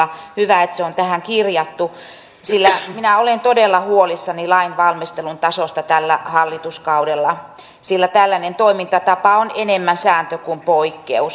hyvä että se on tähän kirjattu sillä minä olen todella huolissani lainvalmistelun tasosta tällä hallituskaudella sillä tällainen toimintatapa on enemmän sääntö kuin poikkeus